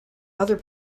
other